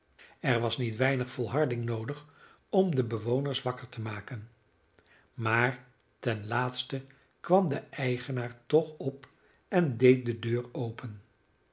er was niet weinig volharding noodig om de bewoners wakker te maken maar ten laatste kwam de eigenaar toch op en deed de deur open